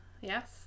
Yes